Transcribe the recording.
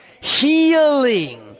healing